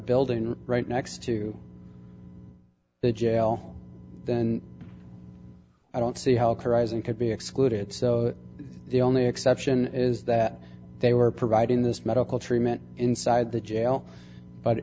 building right next to the jail then i don't see how horizon could be excluded so the only exception is that they were providing this medical treatment inside the jail but